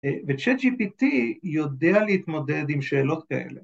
‫וצ'ט-ג'י-פי-טי יודע להתמודד ‫עם שאלות כאלה.